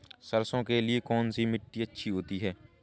सरसो के लिए कौन सी मिट्टी अच्छी होती है?